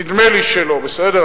נדמה לי שלא, בסדר?